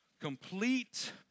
complete